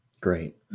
Great